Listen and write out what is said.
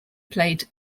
played